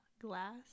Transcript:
Glass